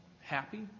happy